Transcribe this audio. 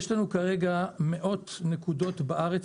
יש לנו כרגע מאות נקודות בארץ,